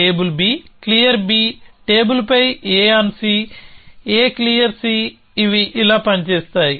table B clear B table పై A on C A clear C ఇవి ఇలా పనిచేస్తాయి